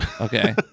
Okay